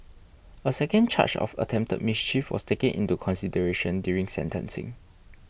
a second charge of attempted mischief was taken into consideration during sentencing